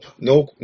no